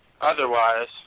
Otherwise